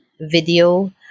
video